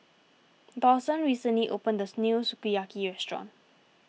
Dawson recently opened as new Sukiyaki restaurant